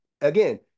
again